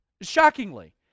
Shockingly